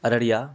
Araria